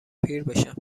پیربشن